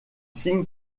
signe